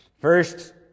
First